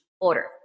order